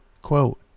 Quote